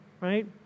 right